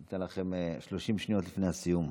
ניתן לכם התראה 30 שניות לפני הסיום.